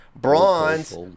bronze